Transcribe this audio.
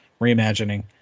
Reimagining